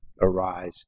arise